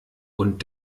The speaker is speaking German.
und